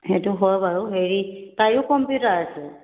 সেইটো হয় বাৰু হেৰি তাইৰো কম্পিউটাৰ আছে